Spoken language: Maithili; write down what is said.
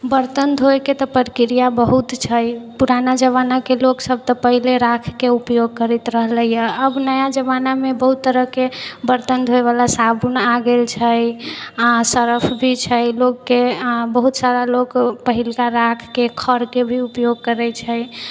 बरतन धोइके तऽ प्रक्रिया बहुत छै पुराना जमानाके लोकसब तऽ पहिले राखके उपयोग करैत रहलैए अब नया जमानामे बहुत तरहके बर्तन धोइवला साबुन आबि गेल छै आओर सरफ भी छै लोकके बहुत सारा लोक पहिलका राखके खरके भी उपयोग करै छै